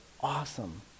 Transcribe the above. awesome